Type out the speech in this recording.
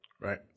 Right